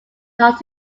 not